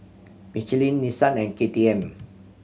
Michelin Nissan and K T M